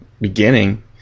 beginning